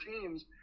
teams